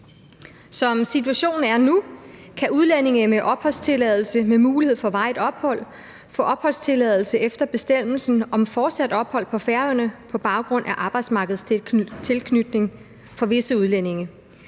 Som situationen er nu, kan udlændinge med opholdstilladelse med mulighed for varigt ophold få opholdstilladelse efter bestemmelsen om fortsat ophold på Færøerne på baggrund af arbejdsmarkedstilknytning for visse udlændinge,